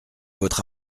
votre